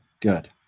good